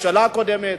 הממשלה הקודמת.